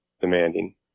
demanding